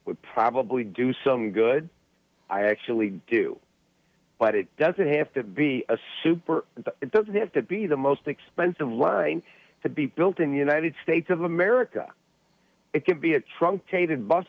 would probably do some good i actually do but it doesn't have to be a super and it doesn't have to be the most expensive line to be built in the united states of america it could be a truncated bus